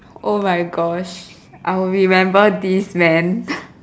oh my gosh I will remember this man